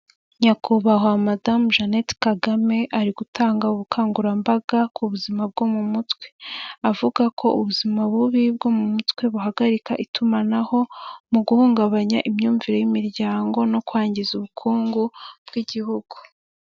Nyakubahwa madamu Jeannette Kagame ari gutanga ubukangurambaga ku buzima bwo mu mutwe, avuga ko ubuzima bubi bwo mu mutwe buhagarika itumanaho mu guhungabanya imyumvire y'imiryango no kwangiza ubukungu bw'igihugu.